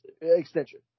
extension